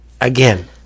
Again